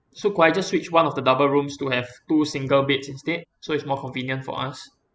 so could I just switch one of the double rooms to have two single beds instead so it's more convenient for us